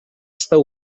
estar